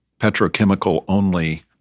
petrochemical-only